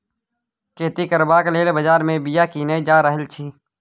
खेती करबाक लेल बजार मे बीया कीने जा रहल छी